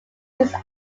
these